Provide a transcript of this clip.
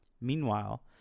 Meanwhile